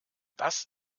das